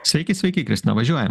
sveiki sveiki kristina važiuojam